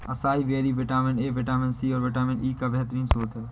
acai berry vitamin A, vitamin C, और vitamin E का बेहतरीन स्त्रोत है